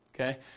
okay